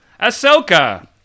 Ahsoka